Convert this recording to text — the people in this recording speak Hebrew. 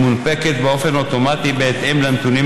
היא מונפקת באופן אוטומטי בהתאם לנתונים